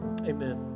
amen